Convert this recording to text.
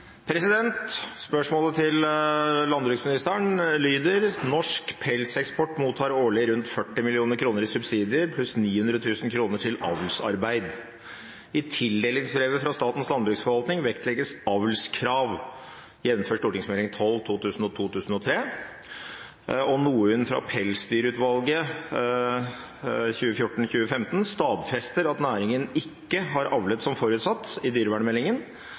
spørretime. Spørsmålet til landbruksministeren lyder: «Norsk pelseksport mottar årlig rundt 40 mill. kroner i subsidier samt 900 000 kroner til avlsarbeid. I tildelingsbrev fra Statens landbruksforvaltning vektlegges avlskrav, jf. St.meld. nr. 12 . NOU 2014: 15 stadfester at næringen ikke har avlet som forutsatt i dyrevernmeldingen,